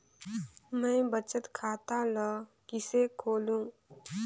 मैं बचत खाता ल किसे खोलूं?